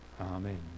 Amen